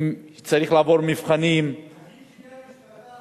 צריך לעבור מבחנים, עדיף שיהיה משפטן,